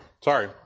sorry